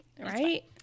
Right